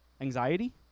anxiety